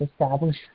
establish